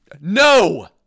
No